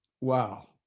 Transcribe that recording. wow